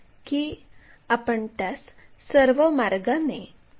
आणि d किंवा d हे या पातळीवर असतील